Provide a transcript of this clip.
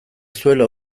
zuela